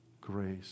grace